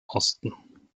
osten